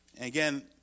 Again